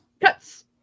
Cuts